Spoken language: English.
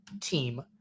team